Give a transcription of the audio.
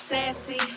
Sassy